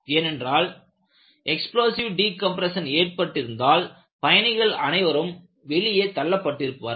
ஏனென்றால் explosive decompression ஏற்பட்டிருந்தால் பயணிகள் அனைவரும் வெளியே தள்ளப்பட்டு இருப்பார்கள்